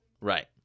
Right